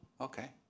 okay